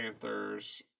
Panthers